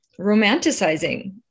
romanticizing